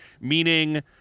meaning